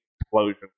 explosion